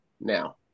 now